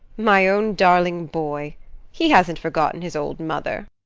my own darling boy he hasn't forgotten his old mother!